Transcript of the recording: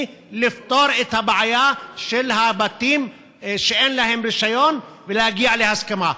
לפתור את הבעיה של הבתים שאין להם רישיון ולהגיע להסכמה.